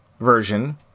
version